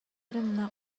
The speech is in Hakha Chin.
remnak